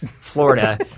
Florida